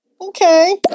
Okay